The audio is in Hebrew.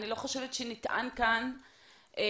אני לא חושבת שנטען כאן ההיפך.